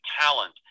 talent